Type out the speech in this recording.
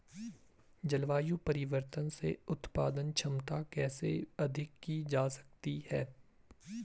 जलवायु परिवर्तन से उत्पादन क्षमता कैसे अधिक की जा सकती है?